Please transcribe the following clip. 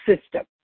System